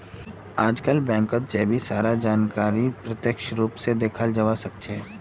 आजकल बैंकत जय भी सारा जानकारीक प्रत्यक्ष रूप से दखाल जवा सक्छे